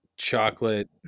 chocolate